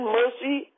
mercy